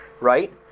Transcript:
right